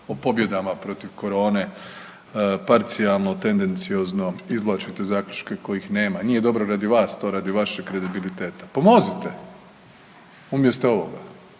o pobjedama protiv corone parcijalno, tendenciozno izvlačite zaključke kojih nema. Nije dobro radi vas te radi vašeg kredibiliteta. Pomozite umjesto ovoga,